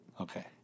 Okay